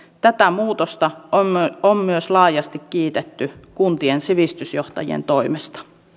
tätä muutosta on myös laajasti kiitetty kuntien sivistysjohtajien toimesta